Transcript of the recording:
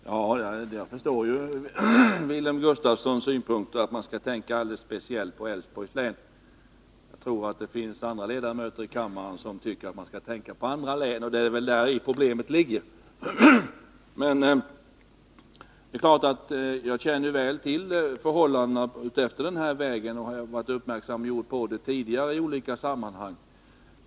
Herr talman! Jag förstår Wilhelm Gustafssons uppfattning, att man skall tänka alldeles speciellt på Älvsborgs län. Jag tror att det finns andra ledamöter i kammaren som tycker att man skall tänka på andra län, och det är väl däri problemet ligger. Jag känner väl till förhållandena utefter riksväg 41 och har gjorts uppmärksam på dem tidigare i olika sammanhang.